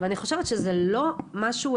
ואני חושבת שזה לא משהו,